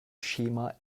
schema